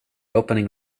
opening